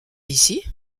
ici